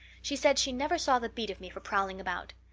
she said she never saw the beat of me for prowling about.